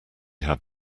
had